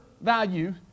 value